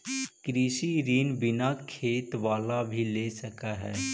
कृषि ऋण बिना खेत बाला भी ले सक है?